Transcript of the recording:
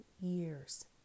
years